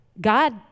God